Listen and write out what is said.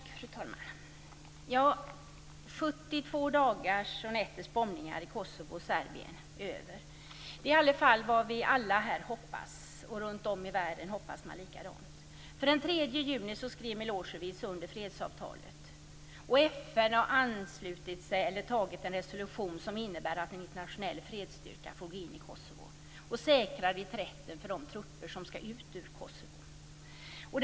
Fru talman! 72 dagars och nätters bombningar i Kosovo och Serbien är över. Det är i alla fall vad vi alla här hoppas, och runt om i världen hoppas man likadant. Den 3 juni skrev Milosevic under fredsavtalet. FN har antagit en resolution som innebär att en internationell fredsstyrka får gå in i Kosovo och säkra reträtten för de trupper som skall ut ur Kosovo.